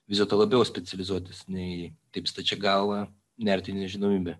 vis dėlto labiau specializuotis nei taip stačia galva nert į nežinomybę